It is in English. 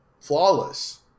flawless